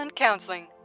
Counseling